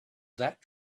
that